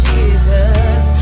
Jesus